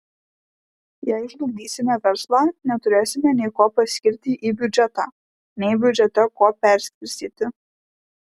jei žlugdysime verslą neturėsime nei ko paskirti į biudžetą nei biudžete ko perskirstyti